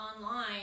online